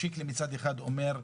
שקלי מצד אחד אומר,